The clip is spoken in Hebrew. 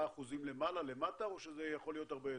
אחוזים למעלה למטה או שזה יכול להיות הרבה יותר?